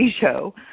show